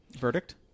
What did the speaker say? Verdict